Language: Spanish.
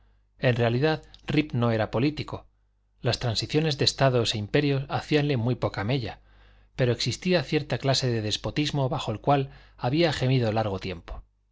en realidad rip no era político las transiciones de estados e imperios hacíanle muy poca mella pero existía cierta clase de despotismo bajo el cual había gemido largo tiempo